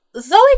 Zoe